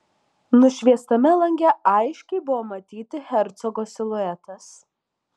nušviestame lange aiškiai buvo matyti hercogo siluetas